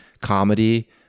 comedy